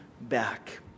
back